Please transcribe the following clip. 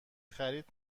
خرید